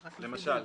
למשל,